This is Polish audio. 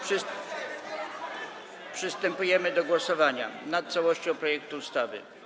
Przystępujemy do głosowania nad całością projektu ustawy.